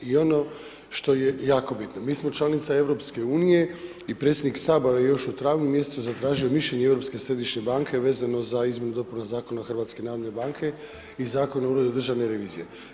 I ono što je jako bitno, mi smo članica EU-a i predsjednik Sabora je još u travnju mjesecu zatražio mišljenje Europske središnje banke vezano za izmjene i dopune Zakona o HNB-u i Zakona o Uredu državne revizije.